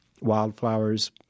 wildflowers